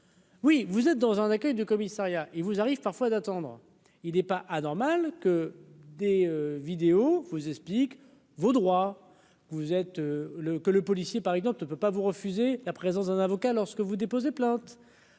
oui, vous êtes dans un accueil du commissariat, il vous arrive parfois d'attendre, il n'est pas anormal que des vidéos vous explique vos droits, vous êtes le que le policier par exemple tu ne peux pas vous refusez la présence d'un avocat, lorsque vous déposez plainte